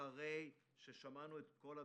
אחרי ששמענו את כל הדברים,